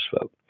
vote